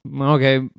okay